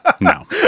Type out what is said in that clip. No